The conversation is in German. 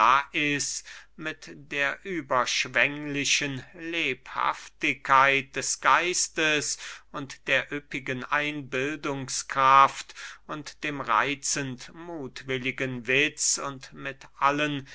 lais mit der überschwänglichen lebhaftigkeit des geistes und der üppigen einbildungskraft und dem reitzend muthwilligen witz und mit allen